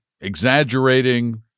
exaggerating